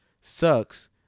sucks